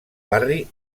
barri